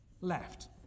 left